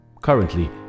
Currently